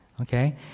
okay